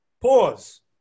Pause